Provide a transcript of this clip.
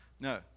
no